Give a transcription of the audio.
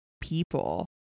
people